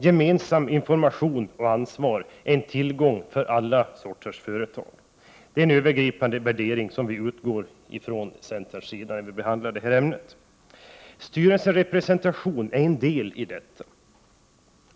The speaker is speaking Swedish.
Gemensam information och gemensamt ansvar är en tillgång för alla slags företag. Detta är en övergripande värdering som vi från centerns sida utgår från när detta ämne behandlas. Styrelserepresentation är en del i detta.